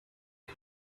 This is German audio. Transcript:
den